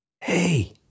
Hey